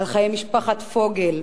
על חיי משפחת פוגל,